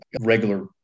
regular